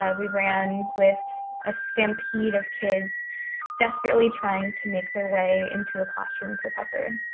ah we ran with a stampede of kids desperately trying to make their way into a classroom for cover.